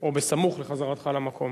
או בסמוך לחזרתך למקום.